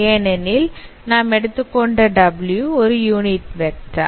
ஏனெனில் நாம் எடுத்துக்கொண்ட W ஒரு யூனிட்வெக்டார்